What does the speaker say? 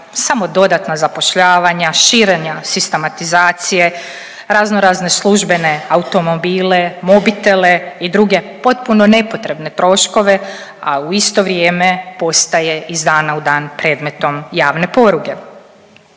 samo dodatna zapošljavanja, širenja sistematizacije, razno razne službene automobile, mobitele i druge potpuno nepotrebne troškove, a u isto vrijeme postaje iz dana u dan predmetom javne poruge.